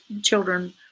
children